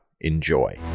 Enjoy